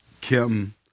Kim